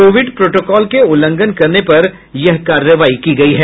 Covid protocol के उल्लंघन करने पर यह कार्रवाई की गयी है